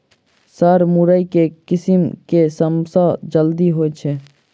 Sir मुरई केँ किसिम केँ सबसँ जल्दी होइ छै?